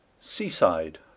SEASIDE